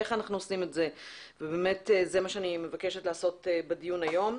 איך אנחנו עושים את זה וזה מה אני מבקשת לעשות בדיון היום.